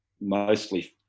mostly